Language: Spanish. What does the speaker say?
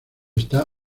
está